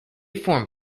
form